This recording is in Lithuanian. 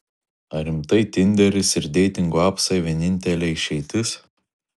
ar rimtai tinderis ir deitingų apsai vienintelė išeitis